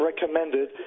recommended